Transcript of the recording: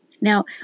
Now